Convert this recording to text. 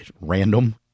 random